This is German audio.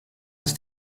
ist